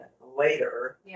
later